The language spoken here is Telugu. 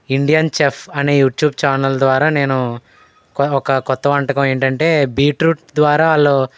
ఇండియన్ చెఫ్ అనే యూట్యూబ్ ఛానల్ ద్వారా నేను కొ ఒక క్రొత్త వంటకం ఏంటంటే బీట్రూట్ ద్వారా వాళ్ళు